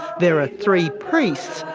there are three priests,